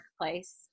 workplace